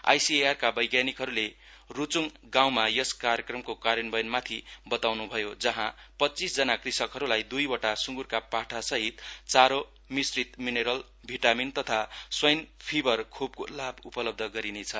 आइसिएआरका वैज्ञानिकले रूचुङ गाँउमा यस कार्यक्रमको कार्यान्वयनमाथि बताउनु भयो जहाँ पच्चीसजना कृषकहरूलाई दुईवटा सुँगुरका पाठासहित चारो मिश्रीत मिनेरल भिटामिन तथा स्वाइन फिबर खोपको लाभ उपलब्ध गरिनेछ